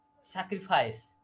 sacrifice